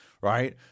right